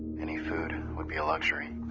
iany food would be a luxury.